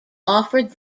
offered